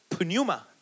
pneuma